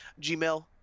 Gmail